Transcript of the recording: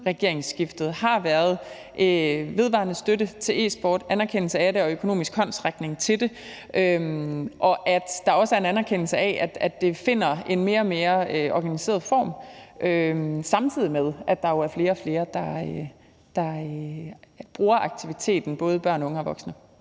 regeringsskiftet har været vedvarende støtte til e-sport, anerkendelse af det og økonomisk håndsrækning til det, og at der også er en anerkendelse af, at det finder en mere og mere organiseret form, samtidig med at der jo er flere og flere, der bruger aktiviteten, både børn, unge og voksne.